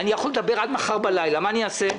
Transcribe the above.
אני יכול לדבר עד מחר בלילה, אבל מה אני אעשה,